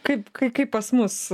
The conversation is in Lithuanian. kaip kai kai pas mus